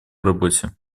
работе